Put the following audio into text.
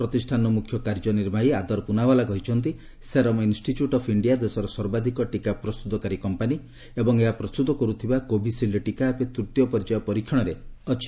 ପ୍ରତିଷ୍ଠାନର ମୁଖ୍ୟ କାର୍ଯ୍ୟନିର୍ବାହୀ ଆଦର ପୁନାୱାଲା କହିଛନ୍ତି ଶେରମ୍ ଇନ୍ଷ୍ଟିଚ୍ୟୁଟ୍ ଅଫ୍ ଇଞ୍ଜିଆ ଦେଶର ସର୍ବାଧିକ ଟୀକା ପ୍ରସ୍ତୁତକାରୀ କମ୍ପାନୀ ଏବଂ ଏହା ପ୍ରସ୍ତୁତ କରୁଥିବା କୋଭିସିଲ୍ଡ୍ ଟୀକା ଏବେ ତୃତୀୟ ପର୍ଯ୍ୟାୟ ପରୀକ୍ଷଣରେ ଅଛି